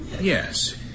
Yes